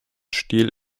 stil